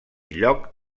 lloc